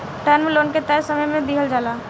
term loan के तय समय में दिहल जाला